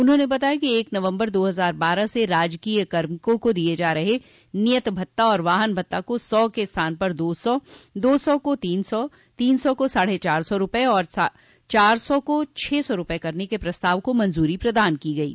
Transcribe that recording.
उन्होंने बताया कि एक नवम्बर दो हजार बारह से राजकीय कार्मिकों को दिये जा रहे नियत भत्ता और वाहन भत्ता को सौ के स्थान पर दो सौ दो सौ को तीन सौ तीन सौ को साढ़ चार सौ रूपये तथा चार सौ को छह सौ रूपये करने के प्रस्ताव को मंजूरी प्रदान की गयी